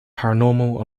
paranormal